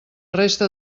resta